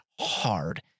hard